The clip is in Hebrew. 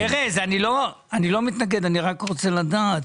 אני לא מתנגד אלא אני רוצה לדעת